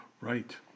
Right